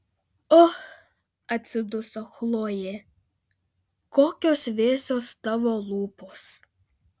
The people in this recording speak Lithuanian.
och atsiduso chlojė kokios vėsios tavo lūpos